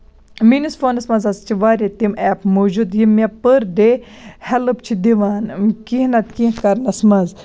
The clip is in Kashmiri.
میٲنِس فونَس منٛز ہسا چھِ واریاہ تِم ایٚپہٕ موٗجوٗد یِم مےٚ پٔر ڈے ہیٚلٕپ چھِ دِوان کیںٛہہ نہ تہٕ کینٛہہ کرنَس منٛز